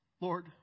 Lord